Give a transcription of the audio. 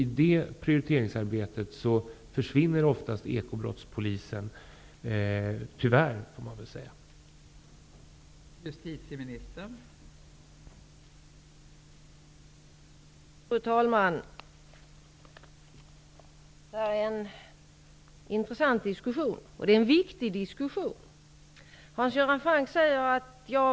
I det prioriteringsarbetet försvinner ofta ekobrottspolisen -- tyvärr, får man väl säga.